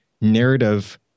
narrative